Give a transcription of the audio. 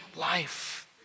life